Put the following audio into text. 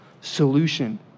solution